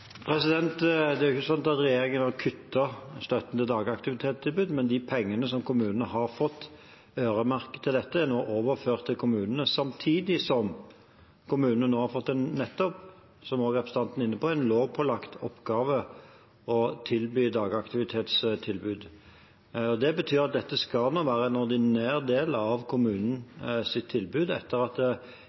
Det er ikke sånn at regjeringen har kuttet støtten til dagaktivitetstilbud, men de pengene som kommunene har fått øremerket dette, er nå overført til kommunene, samtidig som kommunene nå har fått – som representanten var inne på – nettopp en lovpålagt oppgave med å tilby dagaktivitetstilbud. Det betyr at dette skal være en ordinær del av kommunenes tilbud, etter at